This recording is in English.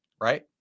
right